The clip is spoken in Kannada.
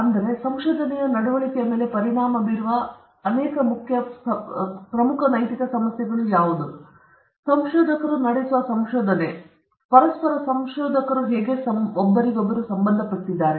ಮತ್ತೊಮ್ಮೆ ಸಂಶೋಧನೆಯ ನಡವಳಿಕೆಯ ಮೇಲೆ ಪರಿಣಾಮ ಬೀರುವ ಅನೇಕ ಪ್ರಮುಖ ನೈತಿಕ ಸಮಸ್ಯೆಗಳು ಸಂಶೋಧಕರು ನಡೆಸುವ ಸಂಶೋಧನೆ ಮತ್ತು ಸಂಶೋಧಕರು ಪರಸ್ಪರ ಸಂಶೋಧಕರು ಹೇಗೆ ಸಂಬಂಧಪಟ್ಟಿದ್ದಾರೆ